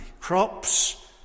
Crops